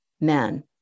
men